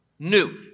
New